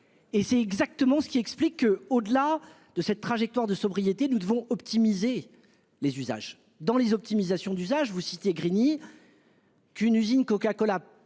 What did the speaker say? Et c'est exactement ce qui explique que, au-delà de cette trajectoire de sobriété. Nous devons optimiser les usages dans les optimisations d'usage. Vous citez Grigny. Une usine Coca Cola